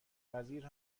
وزیر